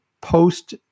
post